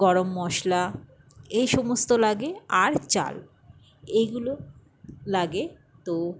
গরম মশলা এই সমস্ত লাগে আর চাল এগুলো লাগে তো